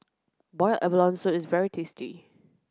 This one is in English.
boiled abalone soup is very tasty